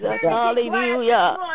Hallelujah